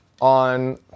on